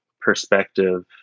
perspective